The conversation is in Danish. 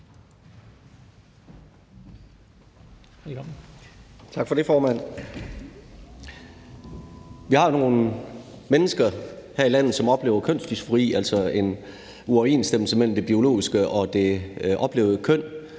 Vi har nogle mennesker her i landet, som oplever kønsdysfori, altså en uoverensstemmelse mellem det biologiske og det oplevede køn.